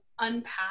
unpack